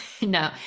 no